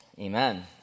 Amen